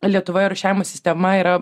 lietuvoje rūšiavimo sistema yra